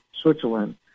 Switzerland